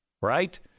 right